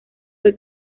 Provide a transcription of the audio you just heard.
fue